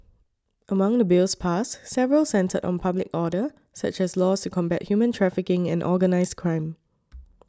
among the Bills passed several centred on public order such as laws to combat human trafficking and organised crime